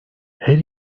her